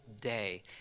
day